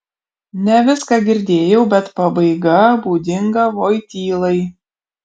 ne viską girdėjau bet pabaiga būdinga voitylai